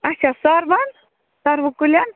اچھا سوروَن سَروٕ کُلیٚن